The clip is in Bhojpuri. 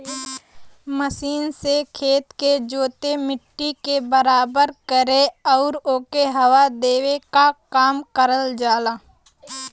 मशीन से खेत के जोते, मट्टी के बराबर करे आउर ओके हवा देवे क काम करल जाला